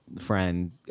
friend